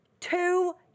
two